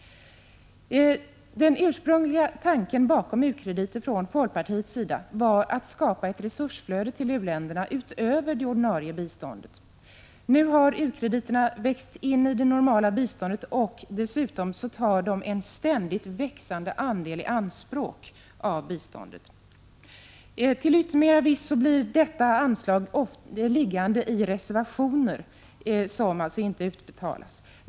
Den ursprungliga tanken med u-krediter från folkpartiets sida var att skapa ett resursflöde till u-länderna utöver det ordinarie biståndet. Nu har u-krediterna växt in i det normala biståndet, och dessutom tar de en ständigt växande andel av biståndet i anspråk. Till yttermera visso blir detta anslag liggande i reservationer, som alltså inte utbetalas.